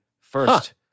first